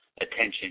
attention